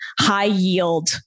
high-yield